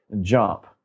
jump